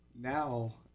now